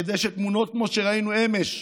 כדי שתמונות כמו שראינו אמש,